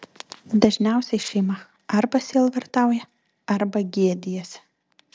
dažniausiai šeima arba sielvartauja arba gėdijasi